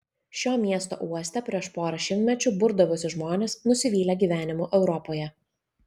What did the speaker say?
šio miesto uoste prieš porą šimtmečių burdavosi žmonės nusivylę gyvenimu europoje